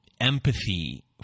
empathy